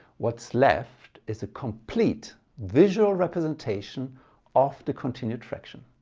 what's left is a complete visual representation of the continued fraction.